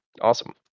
Awesome